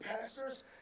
pastors